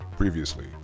Previously